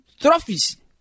trophies